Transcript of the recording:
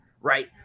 Right